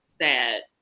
sad